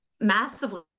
massively